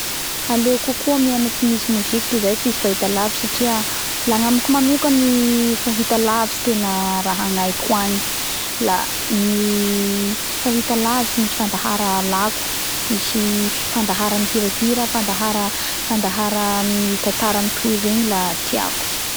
Aleoko kokoa miaina tsy misy mozika toy izay tsisy fahita lavitsy satria la agnamiko manoka ny fahita lavitsy rahatenaagnaiko agny la ny fahita lavitsy misy fandahara lako misy fandahara mihirahira fandahara amy tatara mitohy regny la tiako